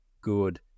good